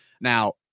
Now